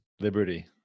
Liberty